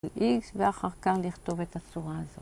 ואחר כך לכתוב את השורה הזאת.